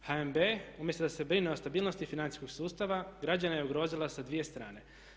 HNB umjesto da se brine o stabilnosti financijskog sustava građane je ugrozila sa dvije strane.